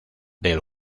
del